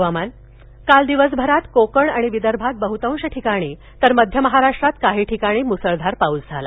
हवामान काल दिवसभरात कोकण आणि विदर्भात बहुतांश ठिकाणी तर मध्य महाराष्ट्रात काही ठिकाणी मुसळधार पाऊस झाला